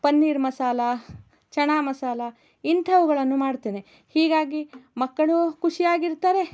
ಪನ್ನೀರ್ ಮಸಾಲ ಚನ್ನಾ ಮಸಾಲ ಇಂಥವುಗಳನ್ನು ಮಾಡ್ತೇನೆ ಹೀಗಾಗಿ ಮಕ್ಕಳು ಖುಷಿಯಾಗಿರ್ತಾರೆ